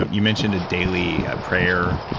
um you mentioned a daily prayer,